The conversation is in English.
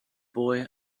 boy